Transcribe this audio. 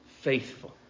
faithful